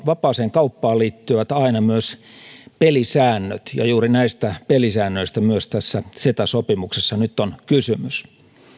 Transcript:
vapaaseen kauppaan liittyvät aina myös pelisäännöt ja juuri näistä pelisäännöistä myös tässä ceta sopimuksessa nyt on kysymys